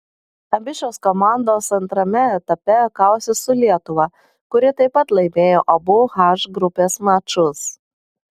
abi šios komandos antrame etape kausis su lietuva kuri taip pat laimėjo abu h grupės mačus